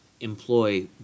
employ